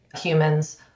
humans